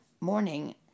morning